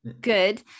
good